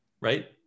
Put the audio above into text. right